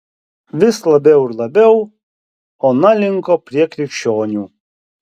vis labiau ir labiau ona linko prie krikščionių